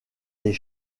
des